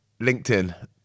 LinkedIn